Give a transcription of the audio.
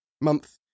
month